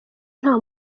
nta